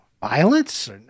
violence